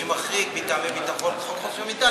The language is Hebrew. שמחריג מטעמי ביטחון את חוק חופש המידע,